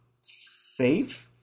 safe